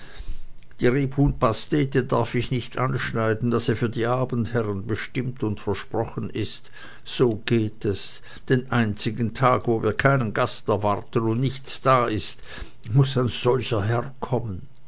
die rebhuhnpastete darf ich nicht anschneiden da sie für die abendherren bestimmt und versprochen ist so geht es den einzigen tag wo wir keinen gast erwarten und nichts da ist muß ein solcher herr